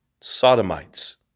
sodomites